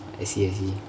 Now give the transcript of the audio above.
I see I see